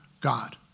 God